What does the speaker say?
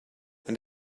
and